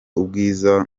ubwiza